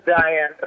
Diane